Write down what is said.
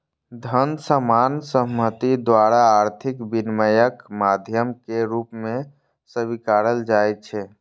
धन सामान्य सहमति द्वारा आर्थिक विनिमयक माध्यम के रूप मे स्वीकारल जाइ छै